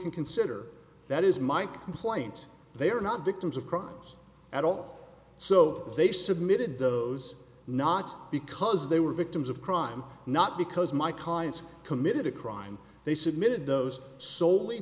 can consider that is my complaint they are not victims of crimes at all so they submitted those not because they were victims of crime not because my clients committed a crime they submitted those sole